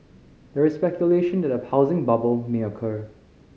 there is speculation that a housing bubble may occur